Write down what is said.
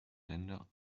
länder